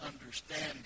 understanding